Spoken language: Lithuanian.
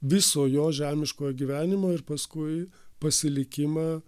viso jo žemiškojo gyvenimo ir paskui pasilikimą